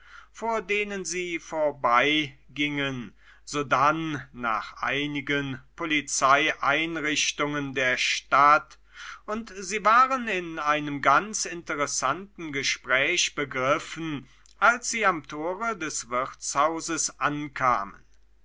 vor denen sie vorbeigingen sodann nach einigen polizeieinrichtungen der stadt und sie waren in einem ganz interessanten gespräche begriffen als sie am tore des wirtshauses ankamen